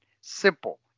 simple